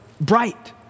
bright